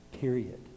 Period